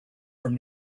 from